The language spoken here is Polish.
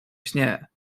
śnie